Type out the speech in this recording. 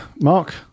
Mark